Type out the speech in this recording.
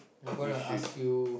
I'm gonna ask you